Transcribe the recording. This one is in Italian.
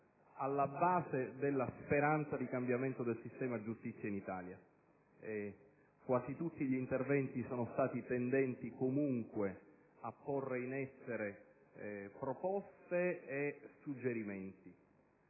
alla base della speranza di cambiamento del sistema giustizia in Italia. Quasi tutti gli interventi sono stati tendenti comunque a porre in essere proposte e suggerimenti.